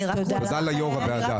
תודה ליו"ר הוועדה.